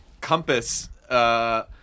compass –